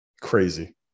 Crazy